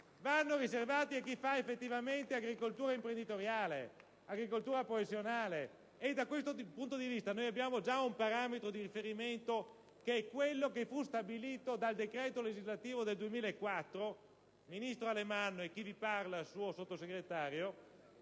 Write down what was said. Vanno riservate a chi fa effettivamente agricoltura imprenditoriale e professionale, e da questo punto di vista noi abbiamo già un parametro di riferimento, che è quello che fu stabilito dal decreto legislativo n. 99 del 2004 - dell'allora ministro Alemanno e del sottoscritto, suo Sottosegretario